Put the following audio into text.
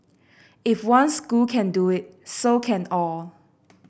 if one school can do it so can all